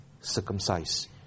circumcised